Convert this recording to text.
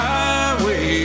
Highway